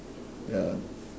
ya